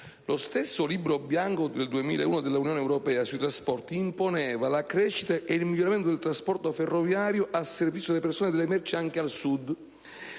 Lo stesso Libro bianco 2001 dell'Unione europea sui trasporti imponeva la crescita e il miglioramento del trasporto ferroviario a servizio delle persone e delle merci anche al Sud,